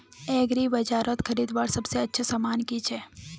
एग्रीबाजारोत खरीदवार सबसे अच्छा सामान की छे?